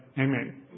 Amen